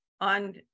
on